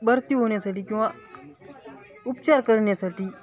भरती होण्या्साठी किंवा उपचार करण्यासाठी